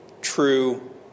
true